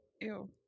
Ew